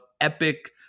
Epic